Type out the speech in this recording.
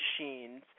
machines